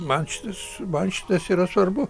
man šitas man šitas yra svarbu